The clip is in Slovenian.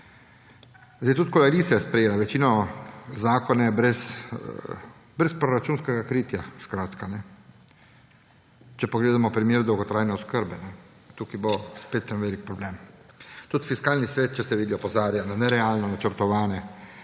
Tudi koalicija je sprejela večinoma zakone brez proračunskega kritja. Če pa gledamo primer dolgotrajen oskrbe, tukaj bo spet en velik problem. Tudi Fiskalni svet, če ste videli, opozarja na nerealno načrtovanje